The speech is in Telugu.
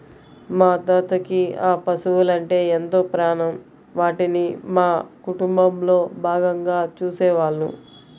మా తాతకి ఆ పశువలంటే ఎంతో ప్రాణం, వాటిని మా కుటుంబంలో భాగంగా చూసేవాళ్ళు